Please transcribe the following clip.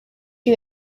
you